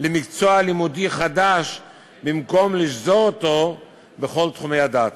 למקצוע לימודי חדש במקום לשזור אותו בכל תחומי הדעת.